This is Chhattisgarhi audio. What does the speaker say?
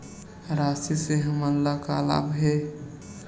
राशि से हमन ला का लाभ हे?